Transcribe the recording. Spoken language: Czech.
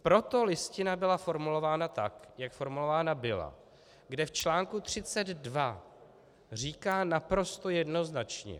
Proto Listina byla formulována tak, jak formulována byla, kde v článku 32 říká naprosto jednoznačně: